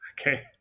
Okay